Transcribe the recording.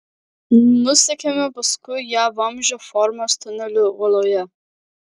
nusekėme paskui ją vamzdžio formos tuneliu uoloje